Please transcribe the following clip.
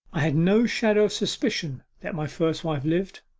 i had no shadow of suspicion that my first wife lived.